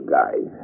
guys